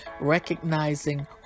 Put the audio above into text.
recognizing